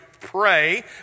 pray